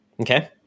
okay